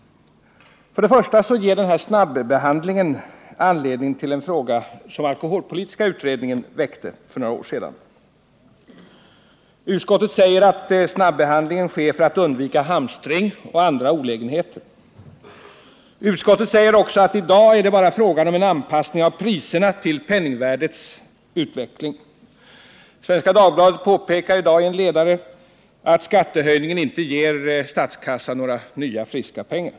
För det första ger denna snabbehandling anledning att ta upp ett förslag som alkoholpolitiska utredningen väckte för några år sedan. Utskottet säger att snabbehandlingen sker för att undvika hamstring och andra olägenheter. Utskottet säger också att det i dag bara är fråga om en anpassning av priserna till penningvärdets utveckling. Svenska Dagbladet påpekar i dag i en ledare att skattehöjningen inte ger statskassan några nya, friska pengar.